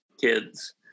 kids